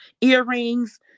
earrings